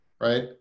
right